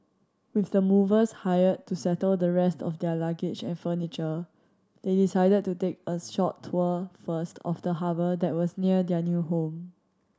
with the movers hired to settle the rest of their luggage and furniture they decided to take a short tour first of the harbour that was near their new home